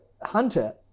hunter